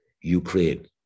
Ukraine